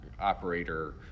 operator